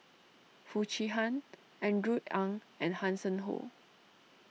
Foo Chee Han Andrew Ang and Hanson Ho